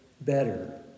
better